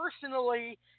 personally